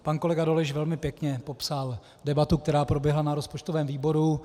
Pan kolega Dolejš velmi pěkně popsal debatu, která proběhla na rozpočtovém výboru.